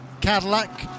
Cadillac